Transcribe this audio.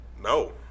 No